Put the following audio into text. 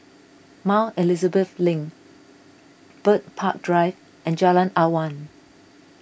Mount Elizabeth Link Bird Park Drive and Jalan Awan